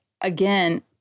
again